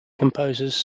composers